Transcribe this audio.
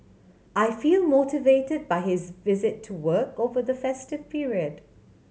I feel motivated by his visit to work over the festive period